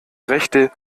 rechte